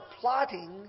plotting